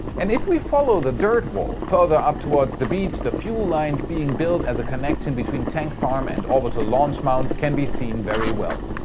and if we follow the dirt wall further up towards the beach, the fuel lines being built as a connection between tank farm and orbital launch mount can be seen very well.